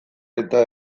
eta